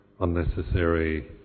unnecessary